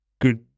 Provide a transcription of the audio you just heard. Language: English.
good